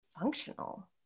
functional